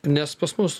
nes pas mus